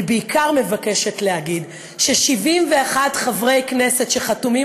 אני בעיקר מבקשת להגיד ש-71 חברי כנסת שחתומים